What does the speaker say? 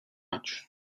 much